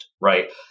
right